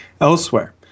elsewhere